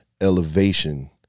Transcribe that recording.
elevation